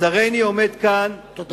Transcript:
אז הריני עומד כאן, תודה.